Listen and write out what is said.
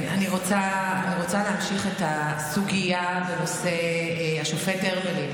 אני רוצה להמשיך את הסוגיה בנושא השופט הרמלין,